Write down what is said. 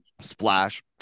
splash